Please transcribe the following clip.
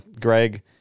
Greg